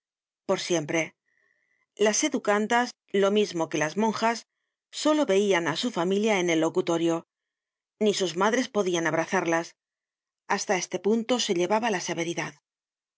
por siempre las educandas lo mismo que las monjas solo veian á su familia en el locutorio ni sus madres podian abrazarlas hasta este punto se llevaba la severidad